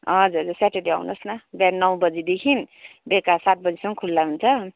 हजुर हजुर स्याटरडे आउनुहोस् न बिहान नौ बजीदेखि बेलुका सात बजीसम्म खुल्ला हुन्छ